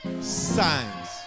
signs